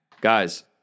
Guys